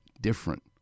different